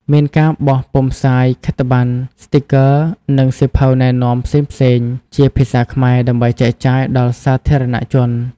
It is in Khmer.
មានការបោះពុម្ពផ្សាយខិត្តប័ណ្ណ ស្ទីគ័រ និងសៀវភៅណែនាំផ្សេងៗជាភាសាខ្មែរ ដើម្បីចែកចាយដល់សាធារណជន ។